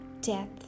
death